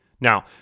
Now